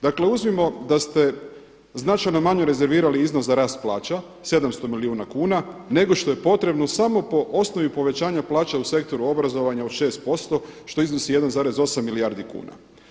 Dakle, uzmimo da ste značajno manje rezervirali iznos za rast plaća, 700 milijuna kuna nego što je potrebno samo po osnovi povećanja plaća u sektoru obrazovanja od 6% što iznosi 1,8 milijardi kuna.